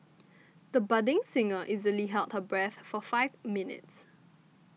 the budding singer easily held her breath for five minutes